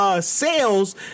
sales